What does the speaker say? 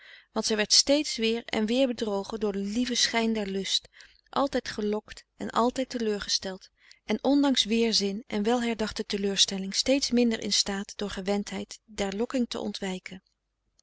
want zij werd steeds weer en weer bedrogen door den lieven schijn der lust altijd gelokt en altijd teleurgesteld en ondanks weerzin en wel herdachte teleurstelling steeds minder in staat door gewendheid der lokking te ontwijken